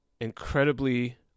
Incredibly